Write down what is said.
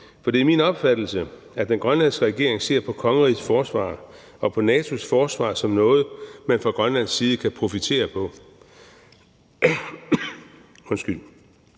For det er min opfattelse, at den grønlandske regering ser på kongerigets forsvar og på NATO's forsvar som noget, man fra grønlandsk side kan profitere af, altså